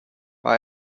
war